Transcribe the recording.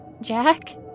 Jack